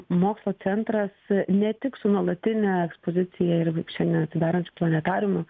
mokslo centras ne tik su nuolatine ekspozicija ir šiandien atisidarančiu planetariumu